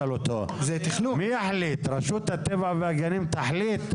מי יחליט, רשות הטבע והגנים תחליט?